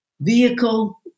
vehicle